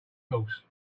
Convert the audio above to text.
course